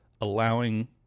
allowing